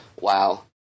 Wow